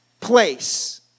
place